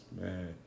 man